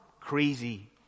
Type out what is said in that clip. crazy